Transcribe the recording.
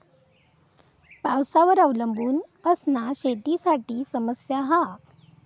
पावसावर अवलंबून असना शेतीसाठी समस्या हा